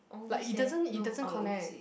like it doesn't it doesn't connect